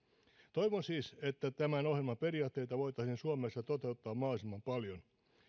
toivon siis että tämän ohjelman periaatteita voitaisiin suomessa toteuttaa mahdollisimman paljon